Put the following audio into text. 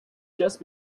just